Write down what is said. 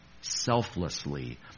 selflessly